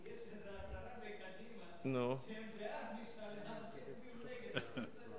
כי יש איזה עשרה בקדימה שהם בעד משאל העם ויצביעו נגד.